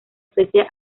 suecia